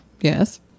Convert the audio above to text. yes